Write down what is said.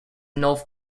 north